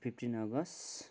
fifteen August